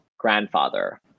grandfather